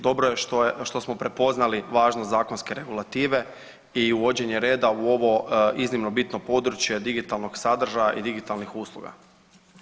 Dobro je što smo prepoznali važnost zakonske regulative i uvođenje reda u ovo iznimno bitno područje digitalnog sadržaja i digitalnih usluga.